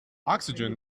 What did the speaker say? oxygen